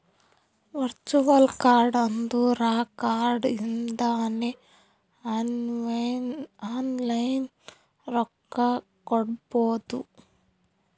virtual card ಅಂದುರ್ ಆ card ಇಂದಾನೆ ಆನ್ಲೈನ್ ರೊಕ್ಕಾ ಕೊಡ್ಬೋದು